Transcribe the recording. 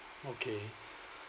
okay